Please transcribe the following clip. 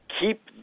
keep